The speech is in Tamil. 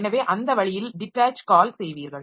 எனவே அந்த வழியில் டிட்டாச் கால் செய்வீர்கள்